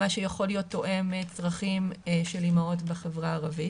מה שיכול להיות תואם צרכים של אימהות בחברה הערבית,